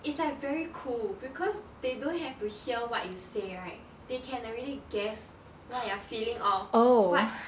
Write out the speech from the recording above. it's like very cool because they don't have to hear what you say right they can already guessed what you are feeling or what